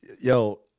Yo